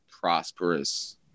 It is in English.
prosperous